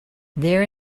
there